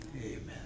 Amen